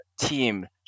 team